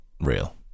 real